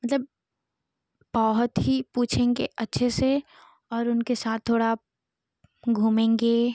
मतलब बहुत ही पूछेंगे अच्छे से और उनके साथ थोड़ा घूमेंगे